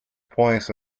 points